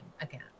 again